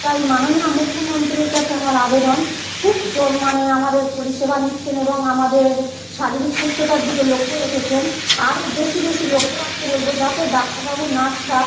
তাই মাননীয়া মুখ্যমন্ত্রীর কাছে আমার আবেদন খুব য মানে আমাদের পরিষেবা নিচ্ছেন এবং আমাদের শারীরিক সুস্থতার দিকে লক্ষ্য রেখেছেন আরও বেশি বেশি লক্ষ্য রাখতে বলব যাতে ডাক্তারবাবু নার্সরা